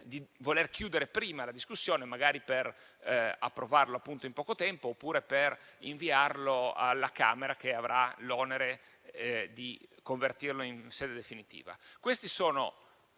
di voler chiudere prima la discussione, magari per approvarlo in poco tempo oppure per inviarlo alla Camera, che avrà l'onere di convertirlo in sede definitiva.